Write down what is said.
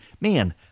man